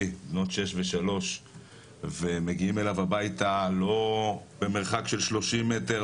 בנות שש ושלוש ומגיעים אליו הביתה לא במרחק של 30 מטר,